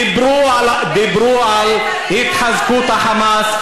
דיברו על התחזקות ה"חמאס".